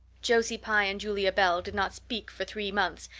josie pye and julia bell did not speak for three months,